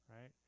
right